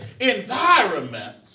environment